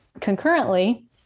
concurrently